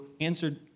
answered